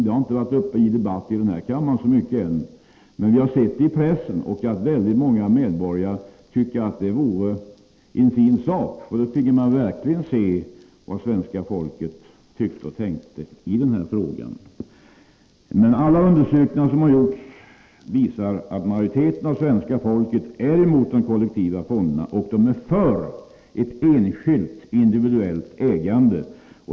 Det har inte varit uppe till debatt här i kammaren så mycket än, men vi har sett det i pressen. Många medborgare tycker att det vore en fin sak — då finge man verkligen se vad svenska folket tycker och tänker i den här frågan. Men alla undersökningar som har gjorts visar att majoriteten av det svenska folket är emot de kollektiva fonderna och för ett enskilt, individuellt ägande.